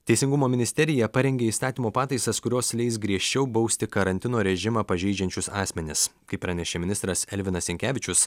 teisingumo ministerija parengė įstatymo pataisas kurios leis griežčiau bausti karantino režimą pažeidžiančius asmenis kaip pranešė ministras elvinas jankevičius